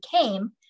came